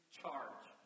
charge